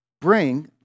bring